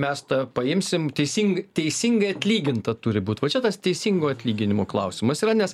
mes tą paimsim teising teisingai atlyginta turi būi va čia tas teisingo atlyginimo klausimas yra nes